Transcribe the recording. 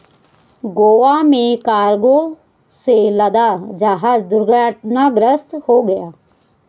गोवा में कार्गो से लदा जहाज दुर्घटनाग्रस्त हो गया